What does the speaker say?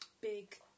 big